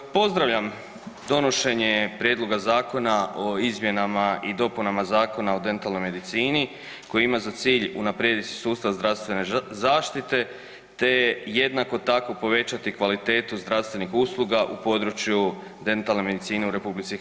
Pozdravljam donošenje Prijedloga zakona o izmjenama i dopunama Zakona o dentalnoj medicini koji ima za cilj unaprijediti sustav zdravstvene zaštite te jednako tako, povećati kvalitetu zdravstvenih usluga u području dentalne medicine u RH.